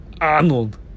Arnold